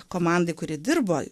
komandai kuri dirbo